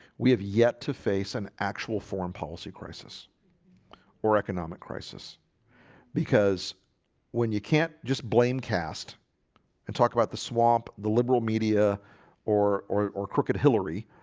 we have yet to face an actual foreign policy crisis or economic crisis because when you can't just blame caste and talk about the swamp the liberal media or or crooked hillary